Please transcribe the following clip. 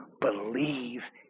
believe